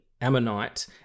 Ammonite